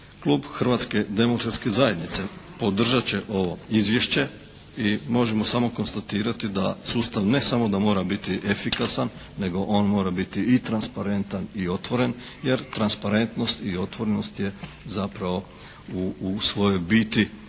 Klub Hrvatske demokratske zajednice podržat će ovo izvješće i možemo samo konstatirati da sustav ne samo da mora biti efikasan, nego on mora biti i transparentan i otvoren jer transparentnost i otvorenost je zapravo u svojoj biti